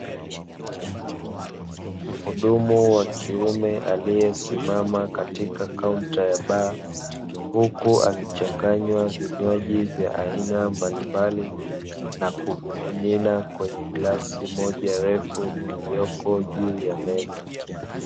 Mhudumu wa kiume aliyesimama katika kaunta ya baa, huku akichanganya vinywaji vya aina mbalimbali na kuvimimina kwenye glasi moja refu iliyoko juu ya meza.